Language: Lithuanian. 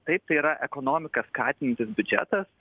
taip tai yra ekonomiką skatinantis biudžetas